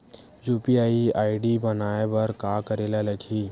UPI ID बनाये बर का करे ल लगही?